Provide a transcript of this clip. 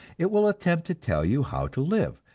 it will attempt to tell you how to live,